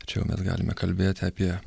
tačiau mes galime kalbėti apie